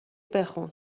بخون